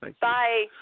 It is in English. Bye